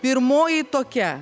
pirmoji tokia